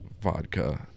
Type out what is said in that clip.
vodka